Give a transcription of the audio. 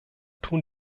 tun